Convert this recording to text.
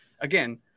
again